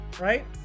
right